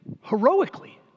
heroically